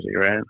right